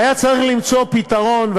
והיה צריך למצוא פתרון,